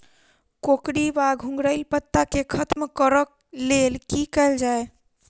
कोकरी वा घुंघरैल पत्ता केँ खत्म कऽर लेल की कैल जाय?